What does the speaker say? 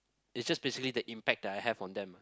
is just basically the impact that I have on them ah